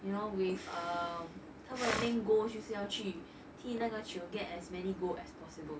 you know with um 他们的 main goal 就是要去替那个球 get as many goal as possible